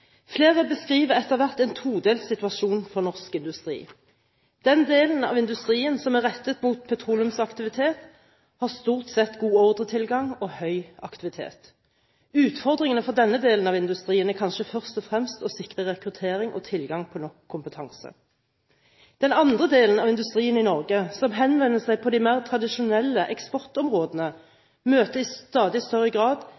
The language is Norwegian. Flere beskriver etter hvert en todelt situasjon for norsk industri. Den delen av industrien som er rettet mot petroleumsaktivitet, har stort sett god ordretilgang og høy aktivitet. Utfordringen for denne delen av industrien er kanskje først og fremst å sikre rekruttering og tilgang på nok kompetanse. Den andre delen av industrien i Norge, som henvender seg til de mer tradisjonelle eksportområdene, møter i stadig større grad